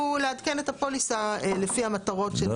לעדכן את הפוליסה לפי המטרות שנאמרו פה.